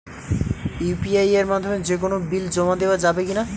UPI এর মাধ্যমে যে কোনো বিল জমা দেওয়া যাবে কি না?